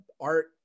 art